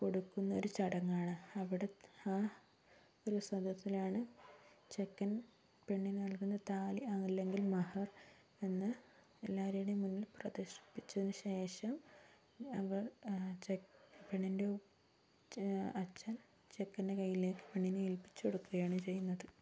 കൊടുക്കുന്നൊരു ചടങ്ങാണ് അവിടെ ആ ഒരു സദസ്സിലാണ് ചെക്കൻ പെണ്ണിനു നൽകുന്ന താലി അല്ലെങ്കിൽ മഹർ എന്ന് എല്ലാവരുടേയും മുന്നിൽ പ്രദർശിപ്പിച്ചതിനു ശേഷം അവർ പെണ്ണിൻ്റെ അച്ഛൻ ചെക്കൻ്റെ കയ്യിലേക്ക് പെണ്ണിനെ ഏൽപ്പിച്ചു കൊടുക്കുകയാണ് ചെയ്യുന്നത്